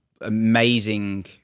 amazing